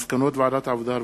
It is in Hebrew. מסקנות ועדת העבודה,